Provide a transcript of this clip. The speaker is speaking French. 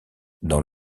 dans